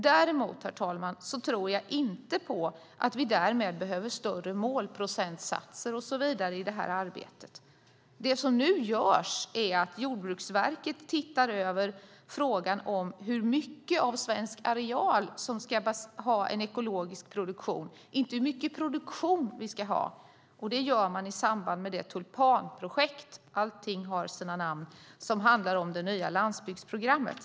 Däremot, herr talman, tror jag inte att vi därmed behöver större målprocentsatser och så vidare i det arbetet. Nu ser Jordbruksverket över frågan hur mycket av den svenska arealen som ska ha ekologisk produktion, inte hur mycket produktion vi ska ha. Det gör man i samband med det tulpanprojekt - allting har sitt namn - som handlar om det nya landsbygdsprogrammet.